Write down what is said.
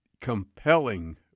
compelling